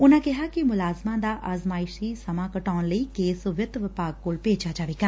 ਉਨੂੰ ਕਿਹਾ ਕਿ ਮੁਲਾਜ਼ਮਾਂ ਦਾ ਅਜਮਾਇਸ਼ੀ ਸਮਾਂ ਘਟਾਉਣ ਲਈ ਕੇਸ ਵਿਤ ਵਿਭਾਗ ਕੋਲ ਭੇਜਿਆ ਜਾਵੇਗਾ